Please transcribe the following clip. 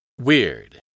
WEIRD